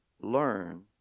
learn